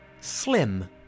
slim